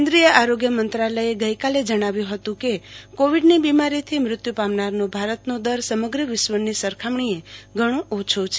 કેન્દ્રીય આરોગ્ય મંત્રાલયે ગઈકાલે વધુ જણાવ્યું છે કે કોવીડની બિમારીથી મૃત્યુ પામનારનો ભારતનો દર સમગ્ર વિશ્વની સરખામણીએ ઘણો ઓછો છે